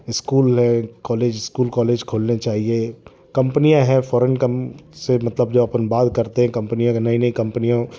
school है college school college खोलने चाहिए कंपनियाँ हैं फोरेन से मतलब जो अपन बाल करते हैं कंपनियाँ के नई नई कंपनियों